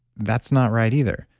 that's not right either,